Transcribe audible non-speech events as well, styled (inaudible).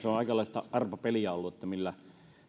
(unintelligible) on aikalaista arpapeliä ollut millä